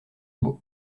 beau